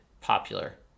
popular